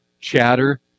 chatter